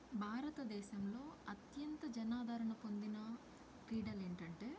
భారతదేశంలో అత్యంత జనాధరణ పొందిన క్రీడలేంటంటే